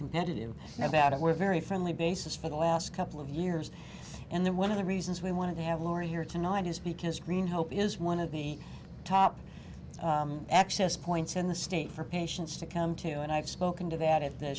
competitive about it we're very friendly basis for the last couple of years and then one of the reasons we wanted to have laura here tonight is because green hope is one of the top access points in the state for patients to come to and i've spoken to that at the